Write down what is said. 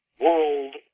world